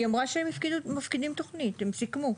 היא אמרה שהם מפקידים תוכנית, הם סיכמו,